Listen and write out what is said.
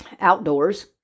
outdoors